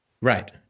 Right